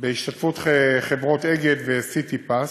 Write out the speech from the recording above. בהשתתפות חברות אגד וסיטיפס,